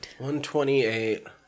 128